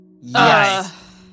Yes